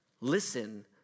Listen